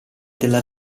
della